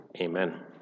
Amen